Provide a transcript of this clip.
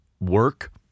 work